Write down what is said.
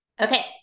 Okay